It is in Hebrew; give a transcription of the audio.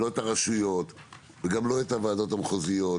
כי הוועדות המחוזיות,